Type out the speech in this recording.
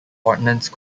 ordinance